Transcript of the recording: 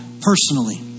personally